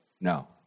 No